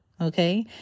Okay